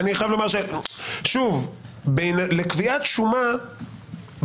לקביעת שומה,